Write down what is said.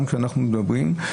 גם כשאנחנו מדברים,